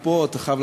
אני אמרתי לו,